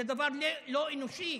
זה דבר לא אנושי.